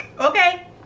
Okay